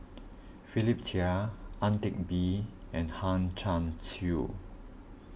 Philip Chia Ang Teck Bee and Hang Chang Chieh